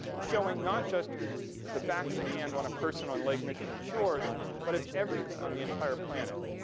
showing not just the back of the hand on a person on lake michigan's shores, but of everything on the entire planet.